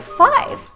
five